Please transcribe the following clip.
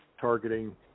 targeting